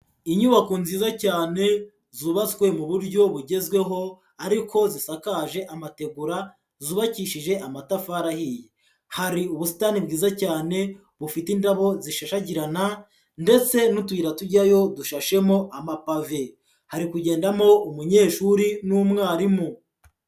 Inyubako nziza cyane, zubatswe mu buryo bugezweho ariko zisakaje amategura, zubakishije amatafari ahiye. Hari ubusitani bwiza cyane, bufite indabo zishashagirana ndetse n'utuyira tujyayo dushashemo amapave. Hari kugendamo umunyeshuri n'umwarimu.